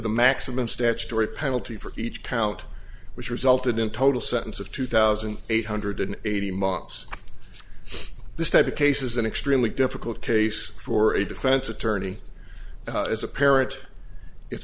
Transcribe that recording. the maximum statutory penalty for each count which resulted in total sentence of two thousand eight hundred eighty months this type of case is an extremely difficult case for a defense attorney as a parent it's